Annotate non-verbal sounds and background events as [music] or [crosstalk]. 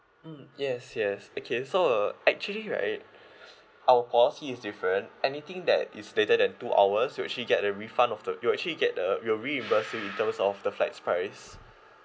mm yes yes okay so uh actually right [breath] our policy is different anything that is later than two hours you'll actually get a refund of the you'll actually get a we'll reimburse you in terms of the flight's price